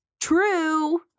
true